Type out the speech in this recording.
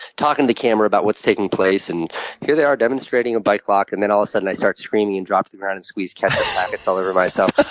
talking to the camera about what's taking place and here they are demonstrating a bike lock. and then all of a sudden i start screaming and drop to the ground and squeeze ketchup packets all over myself.